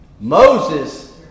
Moses